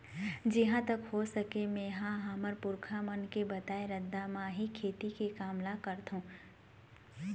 जिहाँ तक हो सकय मेंहा हमर पुरखा मन के बताए रद्दा म ही खेती के काम ल करथँव